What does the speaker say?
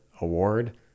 Award